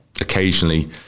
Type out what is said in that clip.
occasionally